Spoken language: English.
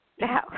now